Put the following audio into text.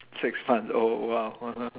six months oh !wow!